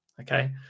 Okay